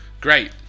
Great